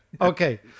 Okay